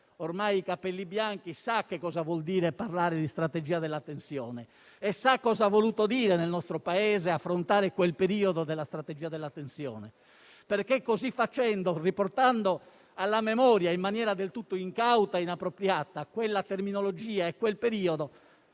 ormai i capelli bianchi sa cosa vuol dire parlare di strategia della tensione e sa cosa ha voluto dire nel nostro Paese affrontare quel periodo della strategia della tensione. Infatti, riportare alla memoria in maniera del tutto incauta e inappropriata quella terminologia e quel periodo